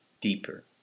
deeper